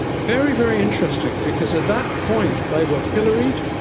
very, very interesting, because at that point they were pilloried,